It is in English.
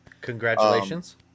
congratulations